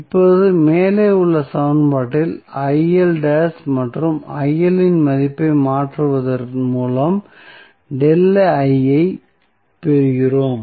இப்போது மேலே உள்ள சமன்பாட்டில் மற்றும் இன் மதிப்பை மாற்றுவதன் மூலம் ஐப் பெறுகிறோம்